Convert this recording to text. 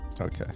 Okay